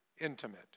intimate